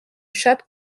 chatte